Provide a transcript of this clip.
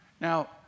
Now